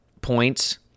points